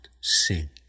sin